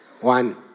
One